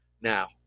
now